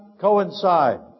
coincide